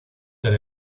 del